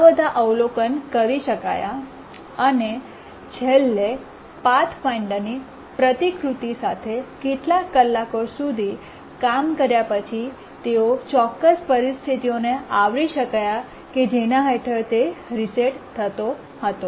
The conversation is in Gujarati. આ બધા અવલોકન કરી શકાયું અને છેલ્લે પાથફાઇન્ડરની પ્રતિકૃતિ સાથે કેટલાક કલાકો સુધી કામ કર્યા પછી તેઓ ચોક્કસ પરિસ્થિતિઓને આવરી શક્યા જેના હેઠળ તે રીસેટ થયો હતો